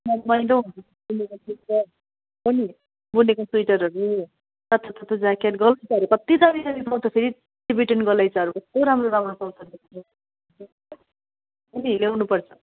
रमाइलो हो नि बुनेको स्वेटरहरू तातो तातो ज्याकेट ग्लब्सहरू कति दामी दामी पाउँछ फेरि टिबेटन गलैँचाहरू कस्तो राम्रो राम्रो पाउँछ ल्याउनुपर्छ